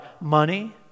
money